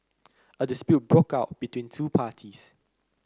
a dispute broke out between two parties